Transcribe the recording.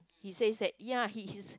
he says that ya he he's